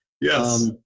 Yes